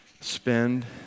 spend